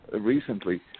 recently